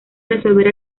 resolver